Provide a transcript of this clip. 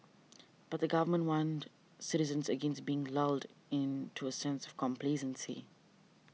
but the Government warned citizens against being lulled into a sense of complacency